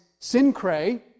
Sincre